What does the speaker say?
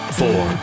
four